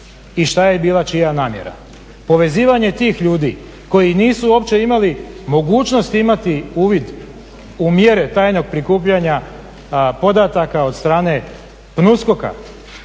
i što je bila čija namjera. Povezivanje tih ljudi koji nisu uopće imali mogućnost imati uvid u mjere tajnog prikupljanja podataka od strane PNUSKOK-a